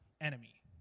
enemy